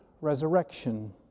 resurrection